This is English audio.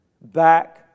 back